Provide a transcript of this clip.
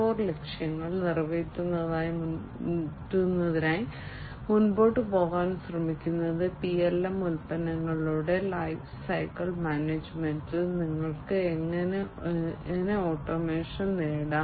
0 ലക്ഷ്യങ്ങൾ നിറവേറ്റുന്നതിനായി മുന്നോട്ട് പോകാൻ ശ്രമിക്കുന്നതിന് PLM ഉൽപ്പന്നങ്ങളുടെ ലൈഫ് സൈക്കിൾ മാനേജ്മെന്റിൽ നിങ്ങൾക്ക് എങ്ങനെ ഓട്ടോമേഷൻ നേടാം